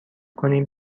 کنیم